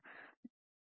W2 பின்னால் W1